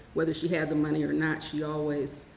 whether she had the money or not, she always,